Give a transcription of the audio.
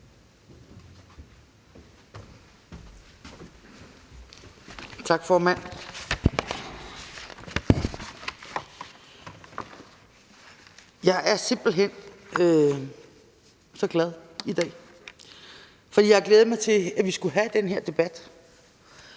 Tak, formand. Jeg er simpelt hen så glad i dag, for jeg har glædet mig til, at vi skulle have den her debat.